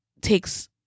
takes